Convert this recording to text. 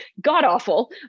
god-awful